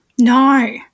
no